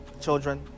children